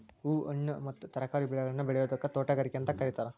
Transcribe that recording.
ಹೂ, ಹಣ್ಣು ಮತ್ತ ತರಕಾರಿ ಬೆಳೆಗಳನ್ನ ಬೆಳಿಯೋದಕ್ಕ ತೋಟಗಾರಿಕೆ ಅಂತ ಕರೇತಾರ